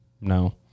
no